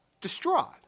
distraught